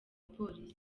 polisi